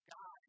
God